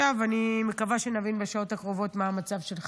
אני מקווה שנבין בשעות הקרובות מה המצב של חמזה.